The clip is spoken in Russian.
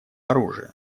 оружия